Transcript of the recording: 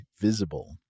Visible